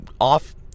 off